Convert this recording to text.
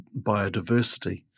biodiversity